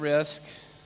Risk